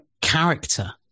character